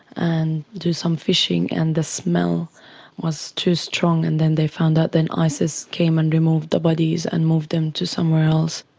and do some fishing. and the smell was too strong and then they found out. and then isis came and removed the bodies and moved them to somewhere else.